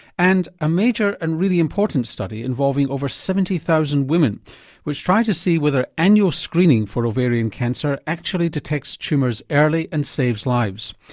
and a major and really important study involving over seventy thousand women which tried to see whether annual screening for ovarian cancer actually detects tumours early and saves lives.